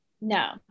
No